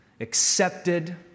accepted